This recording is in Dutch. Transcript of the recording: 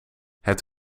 het